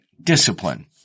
discipline